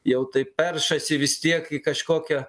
jau taip peršasi vis tiek į kažkokią